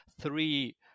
three